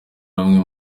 bamwe